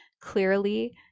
clearly